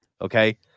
Okay